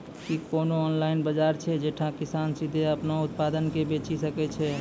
कि कोनो ऑनलाइन बजार छै जैठां किसान सीधे अपनो उत्पादो के बेची सकै छै?